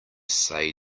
say